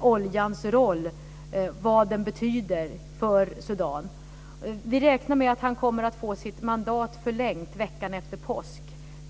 oljans roll och vad den betyder för Sudan. Vi räknar med att han kommer att få sitt mandat förlängt veckan efter påsk.